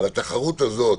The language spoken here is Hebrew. אבל התחרות הזאת,